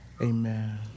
Amen